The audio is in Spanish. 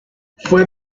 fue